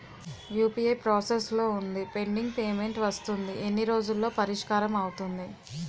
UPI process లో వుందిపెండింగ్ payment వస్తుంది ఎన్ని రోజుల్లో పరిష్కారం అవుతుంది